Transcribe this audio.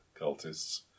cultists